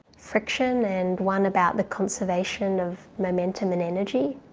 friction and one about the conservation of momentum and energy.